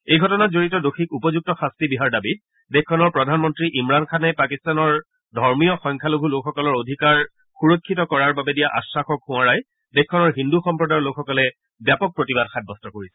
এই ঘটনাত জড়িত দোষীক উপযুক্ত শাস্তি দিয়াৰ দাবীত দেশখনৰ প্ৰধানমন্ত্ৰী ইমৰাণ খানে পাকিস্তানৰ ধৰ্মীয় সংখ্যালঘু লোকসকলৰ অধিকাৰ সুৰক্ষিত কৰাৰ বাবে দিয়া আখাসক সোঁৱৰাই দি দেশখনৰ হিন্দু সম্প্ৰদায়ৰ লোকসকলে ব্যাপক প্ৰতিবাদ সাব্যস্ত কৰিছে